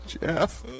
Jeff